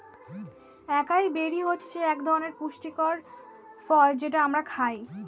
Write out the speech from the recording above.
একাই বেরি হচ্ছে একধরনের পুষ্টিকর ফল যেটা আমরা খাই